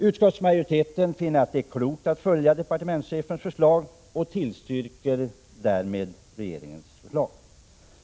Utskottsmajoriteten finner att det är klokt att följa departementschefens förslag och tillstyrker därmed regeringens förslag. — Herr talman!